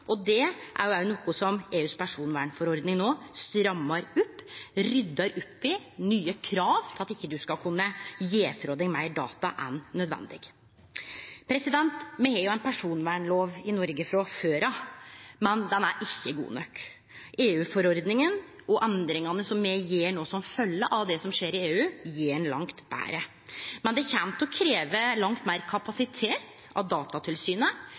og det er òg noko som EUs personvernforordning no strammar opp, ryddar opp i, og det kjem nye krav til at ein ikkje skal kunne gje frå seg meir data enn nødvendig. Me har jo ein personvernlov i Noreg frå før, men han er ikkje god nok. EU-forordninga og endringane som me gjer no som følgje av det som skjer i EU, gjer han langt betre, men det kjem til å krevje langt meir kapasitet av Datatilsynet,